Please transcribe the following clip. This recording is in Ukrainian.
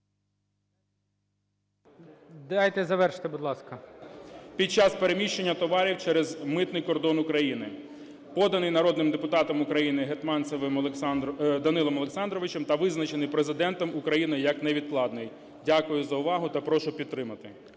Дякую за увагу. Прошу підтримати.